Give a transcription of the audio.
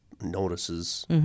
notices